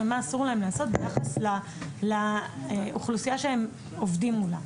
ומה אסור להם לעשות ביחס לאוכלוסייה שהם עובדים מולה,